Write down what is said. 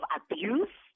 abuse